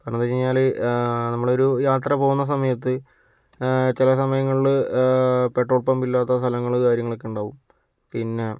കാരണം എന്തെന്ന് വച്ചുകഴിഞ്ഞാൽ നമ്മളൊരു യാത്ര പോകുന്ന സമയത്ത് ചില സമയങ്ങളിൽ പെട്രോൾ പമ്പില്ലാത്ത സ്ഥലങ്ങൾ കാര്യങ്ങളൊക്കെ ഉണ്ടാകും പിന്നെ